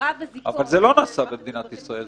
כשמירב הזיקות -- אבל זה לא נעשה במדינת ישראל,